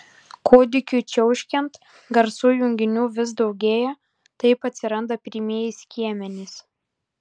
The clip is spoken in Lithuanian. kūdikiui čiauškant garsų junginių vis daugėja taip atsiranda pirmieji skiemenys